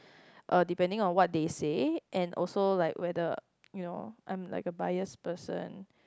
uh depending on what they say and also like whether you know I'm like a biased person